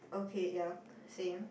okay ya same